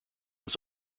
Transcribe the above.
was